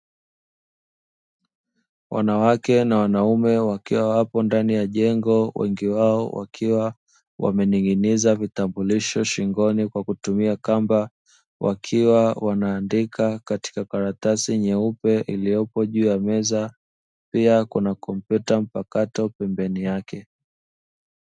Wanawake na wanaume wakiwa wapo ndani ya jengo, wengi wao wakiwa wamening'iniza vitambulisho shingoni kwa kutumia kamba, wakiwa wanaandika katika karatasi nyeupe iliyopo juu ya meza, pia kuna kompyuta mpakato pembeni yake.